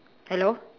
hello